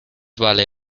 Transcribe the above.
vale